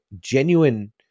genuine